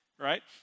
Right